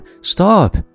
stop